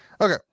Okay